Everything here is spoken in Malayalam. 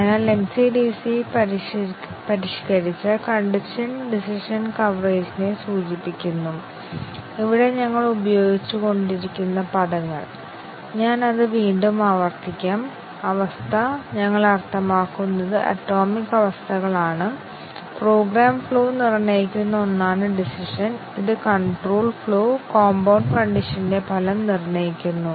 ആദ്യത്തെ പ്രശ്നം ഞങ്ങൾ കണ്ടീഷൻ എക്സ്പ്രഷൻ മൂല്യനിർണ്ണയത്തിന്റെ ലളിതമായ മാർഗ്ഗമാണ് നോക്കിയത് കംപൈലർ അത് വിലയിരുത്തുന്നില്ല അത് കണ്ടിഷനുകളുടെ ഷോർട്ട് സർക്യൂട്ട് വിലയിരുത്തൽ എന്നറിയപ്പെടുന്നതിലൂടെ വിലയിരുത്തുന്നു